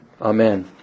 Amen